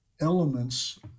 elements